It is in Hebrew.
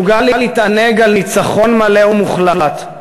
מסוגל להתענג על ניצחון מלא ומוחלט,